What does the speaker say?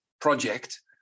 project